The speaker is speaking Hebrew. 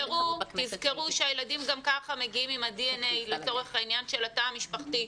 תזכרו שהילדים גם כך מגיעים עם ה-דנא לצורך העניין של התא המשפחתי.